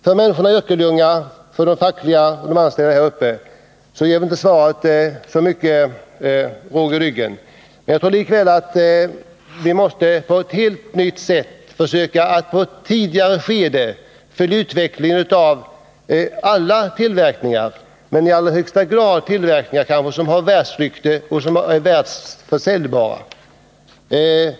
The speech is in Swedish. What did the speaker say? För människorna i Örkelljunga, facket och de anställda, ger inte svaret så mycket råg i ryggen. Jag tror likväl att vi på ett helt nytt sätt måste försöka att i ett tidigare skede följa utvecklingen inom alla tillverkningar och i allra högsta grad inom sådana som har världsrykte och är världsförsäljbara.